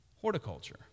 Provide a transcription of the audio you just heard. horticulture